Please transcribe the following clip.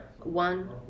one